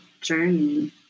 journey